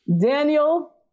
Daniel